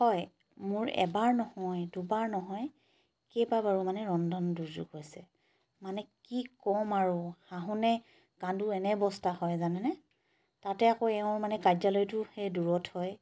হয় মোৰ এবাৰ নহয় দুবাৰ নহয় কেইবাবাৰো মানে ৰন্ধন দুৰ্যোগ হৈছে মানে কি ক'ম আৰু হাঁহো নে কান্দো এনে অৱস্থা হয় জানেনে তাতে আকৌ এওঁৰ মানে কাৰ্যালয়টো সেই দূৰত হয়